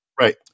Right